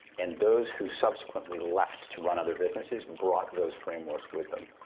and those who subsequently left to run other businesses, brought those frameworks with them.